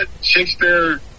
Shakespeare